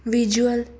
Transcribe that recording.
visual